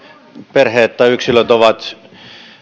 perheet tai yksilöt ovat